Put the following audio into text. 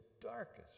darkest